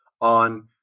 on